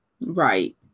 Right